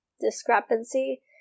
discrepancy